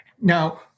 Now